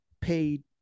paid